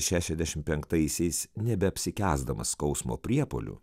šešiasdešim penktaisiais nebeapsikęsdamas skausmo priepuolių